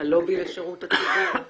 הלובי לשירות הציבור.